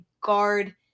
guard